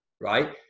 right